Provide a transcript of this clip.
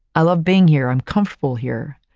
i love being here, i'm comfortable here.